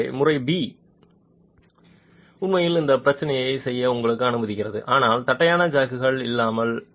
எனவே முறை பி உண்மையில் இந்த சோதனையைச் செய்ய உங்களை அனுமதிக்கிறது ஆனால் தட்டையான ஜாக்குகள் இல்லாமல்